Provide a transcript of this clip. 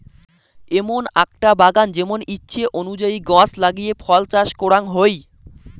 এমন আকটা বাগান যেমন ইচ্ছে অনুযায়ী গছ লাগিয়ে ফল চাষ করাং হই